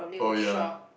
oh yeah